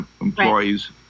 employees